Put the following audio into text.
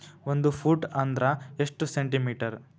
ಒಂದು ಫೂಟ್ ಅಂದ್ರ ಎಷ್ಟು ಸೆಂಟಿ ಮೇಟರ್?